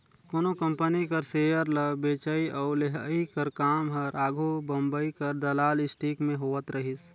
कोनो कंपनी कर सेयर ल बेंचई अउ लेहई कर काम हर आघु बंबई कर दलाल स्टीक में होवत रहिस